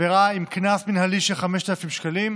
עבירה עם קנס מינהלי של 5,000 שקלים,